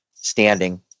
standing